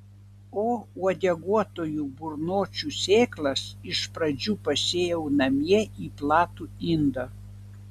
o uodeguotųjų burnočių sėklas iš pradžių pasėjau namie į platų indą